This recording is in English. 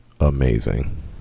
amazing